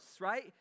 right